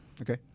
Okay